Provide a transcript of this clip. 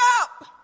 up